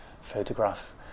photograph